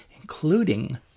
including